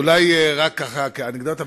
אולי רק כאנקדוטה,